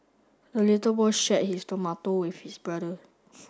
the little boy shared his tomato with his brother